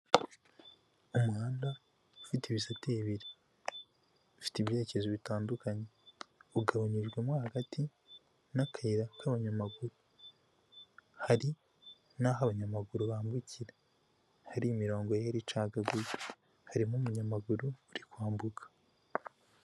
Umuhanda ufite ibisate bibiri, ufite ibyerekezo bitandukanye, ugabanyijwemo hagati n'akayira k'abanyamaguru, hari n'aho abanyamaguru bambukira, hari imirongo yera icagaguye, harimo umunyamaguru uri kwambuka.